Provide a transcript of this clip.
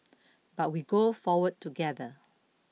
but we go forward together